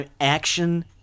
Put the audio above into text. action